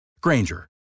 Granger